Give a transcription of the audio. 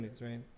right